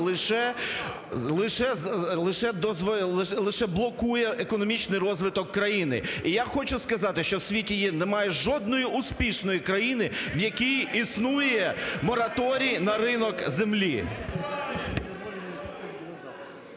лише блокує економічний розвиток країни. І я хочу сказати, що в світі немає жодної успішної країни, в якій існує мораторій на ринок землі.